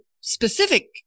specific